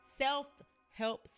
Self-help